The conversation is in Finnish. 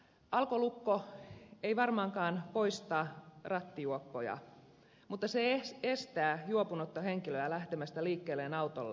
alkolukko ei varmaankaan poista rattijuoppoja mutta se estää juopunutta henkilöä lähtemästä liikkeelle autollaan